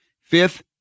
Fifth